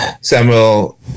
Samuel